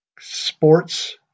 sports